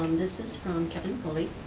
um this is from kevin pulley.